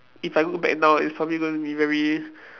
if I go back now it's probably going to be very